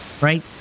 right